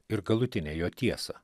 ir galutinę jo tiesą